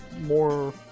more